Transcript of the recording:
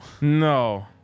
No